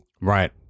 Right